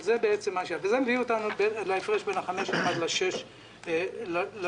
זה מביא אותנו להפרש בין 5.1% ל-6.6%.